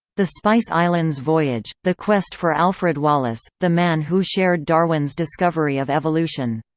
the spice islands voyage the quest for alfred wallace, the man who shared darwin's discovery of evolution.